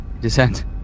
Descent